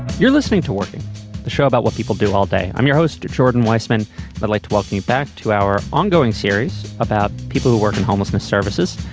you're listening to working the show about what people do all day. i'm your host. jordan weisman. i'd but like to welcome you back to our ongoing series about people who work in homelessness services.